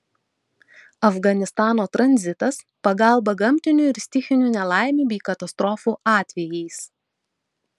afganistano tranzitas pagalba gamtinių ir stichinių nelaimių bei katastrofų atvejais